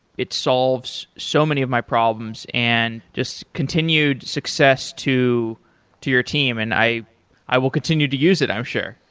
it solves so many of my problems and just continued success to to your team. and i i will continue to use it, i'm sure.